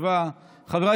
חבריי